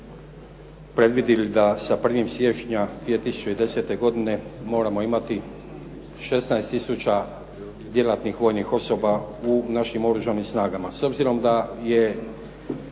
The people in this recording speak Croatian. predvidjeli da sa 01. siječnja 2010. godine moramo imati 16 tisuća djelatnih vojnih osoba u našim Oružanim snagama.